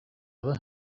other